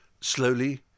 slowly